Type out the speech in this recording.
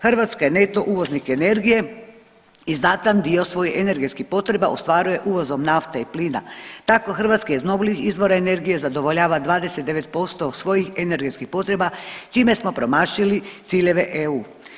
Hrvatska je neto uvoznik energije i znatan dio svojih energetskih potreba ostvaruje uvozom nafte i plina, tako Hrvatska iz obnovljivih izvora energije zadovoljava 29% svojih energetskih potreba čime smo promašili ciljeve EU.